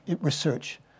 research